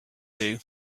two